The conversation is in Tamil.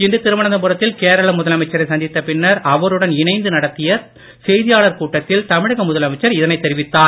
இன்று திருவனந்தபுரத்தில் கேரள முதலமைச்சரை சந்தித்த பின்னர் அவருடன் இணைந்து நடத்திய செய்தியாளர்கள் கூட்டத்தில் தமிழக முதலமைச்சர் இதை தெரிவித்தார்